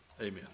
Amen